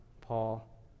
Paul